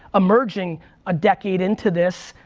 emerging a decade into this,